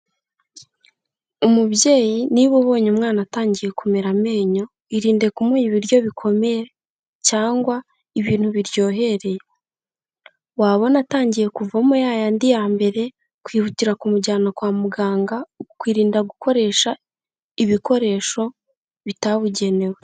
Umubyeyi niba ubonye umwana atangiye kumera amenyo, irinde kumuha ibiryo bikomeye, cyangwa ibintu biryohereye. Wabona atangiye kuvamo ya yandi ya mbere, ukihutira kumujyana kwa muganga, ukirinda gukoresha ibikoresho bitabugenewe.